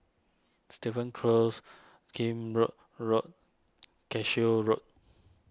Stevens Close Kheam Road Road Cashew Road